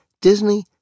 Disney